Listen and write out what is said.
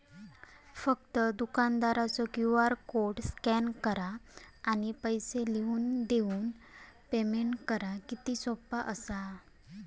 फक्त दुकानदारचो QR code scan करा आणि पैसे लिहून देऊन पेमेंट करा किती सोपा असा